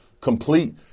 complete